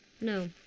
No